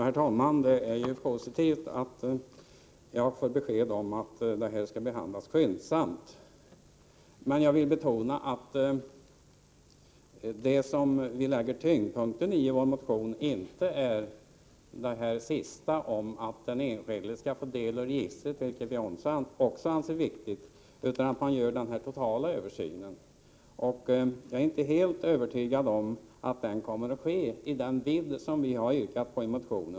Herr talman! Det är positivt att jag har fått besked om att denna fråga skall behandlas skyndsamt, men jag vill betona att det som vi lägger tyngdpunkten vid i vår motion inte är att den enskilde skall få del av registret, vilket vi också anser viktigt, utan att man gör den här totala översynen. Jag är inte helt övertygad om att det kommer att ske i den vidd som vi har yrkat på i motionen.